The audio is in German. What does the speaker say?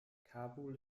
kabul